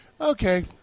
okay